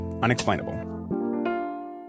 unexplainable